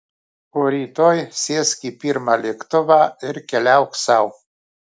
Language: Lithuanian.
o rytoj sėsk į pirmą lėktuvą ir keliauk sau